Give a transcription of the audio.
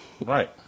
right